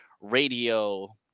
radio